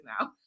now